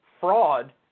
fraud